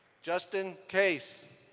justin case.